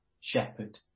shepherd